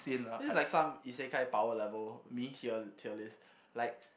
this is like some Isekai power level tier tier list like